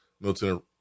Milton